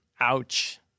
Ouch